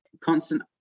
constant